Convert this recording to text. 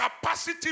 capacity